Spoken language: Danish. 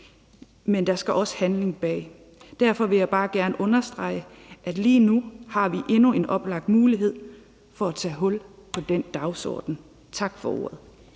Men der skal også sættes handling bag. Derfor vil jeg bare godt understrege, at lige nu har vi endnu en oplagt mulighed for at tage hul på den dagsorden. Tak for ordet.